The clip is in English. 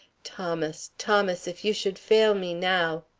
thomas, thomas, if you should fail me now